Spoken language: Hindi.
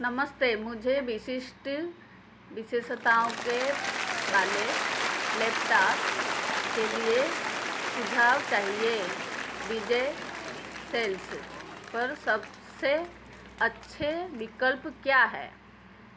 नमस्ते मुझे विशिष्ट विशेषताओं के वाले लैपटॉप के लिए सुझाव चाहिए बिजय सेल्स पर सबसे अच्छे विकल्प क्या हैं